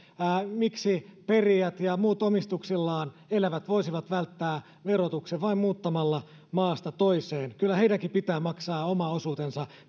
miksi perijät ja muut omistuksillaan elävät voisivat välttää verotuksen vain muuttamalla maasta toiseen kyllä heidänkin pitää maksaa oma osuutensa